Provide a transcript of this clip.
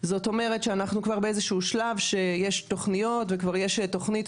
זאת אומרת שאנחנו כבר באיזה שהוא שלב שיש תוכניות וכבר יש תכנית,